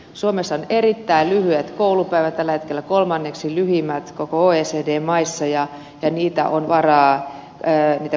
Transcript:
suomessa on erittäin lyhyet koulupäivät tällä hetkellä kolmanneksi lyhimmät kaikista oecd maista ja niitä koulupäiviä on varaa vähän kasvattaa